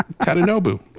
Tadanobu